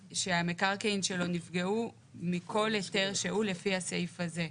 שהמקרקעין שלו נפגעו מכל היתר שהוא לפי הסעיף הזה.